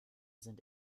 sind